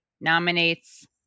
nominates